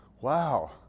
wow